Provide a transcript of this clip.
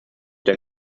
der